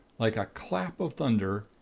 like a clap of thunder,